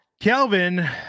kelvin